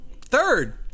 Third